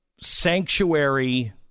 sanctuary